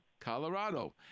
Colorado